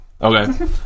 Okay